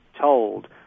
told